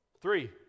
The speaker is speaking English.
Three